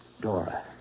Dora